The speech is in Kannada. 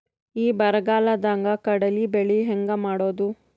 ಈ ಬರಗಾಲದಾಗ ಕಡಲಿ ಬೆಳಿ ಹೆಂಗ ಮಾಡೊದು?